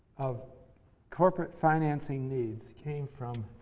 of corporate financing needs came from,